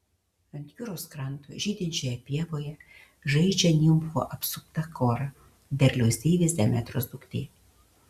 ant jūros kranto žydinčioje pievoje žaidžia nimfų apsupta kora derliaus deivės demetros duktė